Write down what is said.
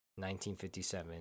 1957